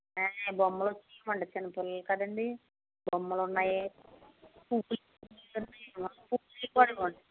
అవే బొమ్మలవి ఇవ్వండి చిన్నపిల్లలు కదండీ బొమ్మలు ఉన్నవి చూపించి